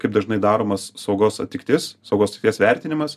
kaip dažnai daromas saugos atitiktis saugos vertinimas